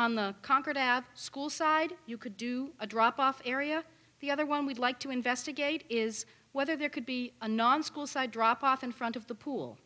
on the concord out school side you could do a drop off area the other one we'd like to investigate is whether there could be a non school side drop off in front of the pool